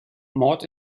mord